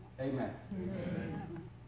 Amen